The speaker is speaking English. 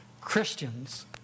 Christians